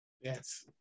Yes